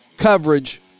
coverage